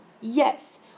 Yes